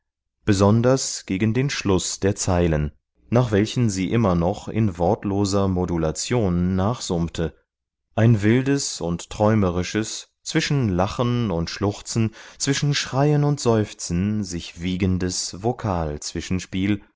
besonders gegen den schluß der zeilen nach welchen sie immer noch in wortloser modulation nachsummte ein wildes und träumerisches zwischen lachen und schluchzen zwischen schreien und seufzen sich wiegendes vokal zwischenspiel